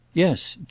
yes.